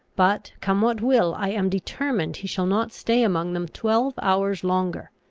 but come what will, i am determined he shall not stay among them twelve hours longer.